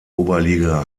oberliga